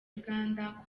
uganda